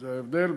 זה ההבדל,